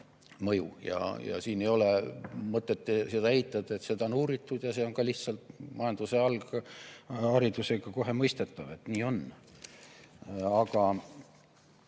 mõju. Ja siin ei ole mõtet seda eitada: seda on uuritud ja see on ka majanduse algharidusega kohe mõistetav. Nii on. Aga